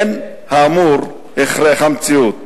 אין האמור הכרח המציאות